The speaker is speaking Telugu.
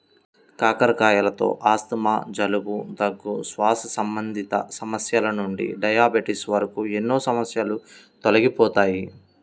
కాకరకాయలతో ఆస్తమా, జలుబు, దగ్గు, శ్వాస సంబంధిత సమస్యల నుండి డయాబెటిస్ వరకు ఎన్నో సమస్యలు తొలగిపోతాయి